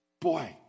boy